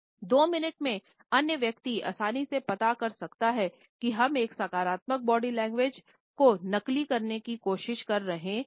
दो मिनट में अन्य व्यक्ति आसानी से पता कर सकते हैं कि हम एक सकारात्मक बॉडी लैंग्वेज को नकली करने की कोशिश कर रहे हैं